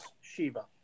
Shiva